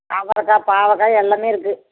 அவரக்காய் பாவக்காய் எல்லாமே இருக்கு